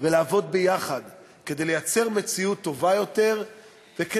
ולעבוד ביחד כדי לייצר מציאות טובה יותר וגם